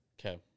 Okay